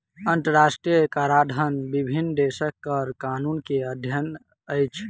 अंतरराष्ट्रीय कराधन विभिन्न देशक कर कानून के अध्ययन अछि